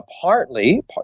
partly